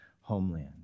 homeland